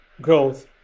growth